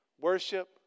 worship